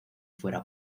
fuera